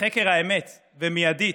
לחקר האמת, ומיידית.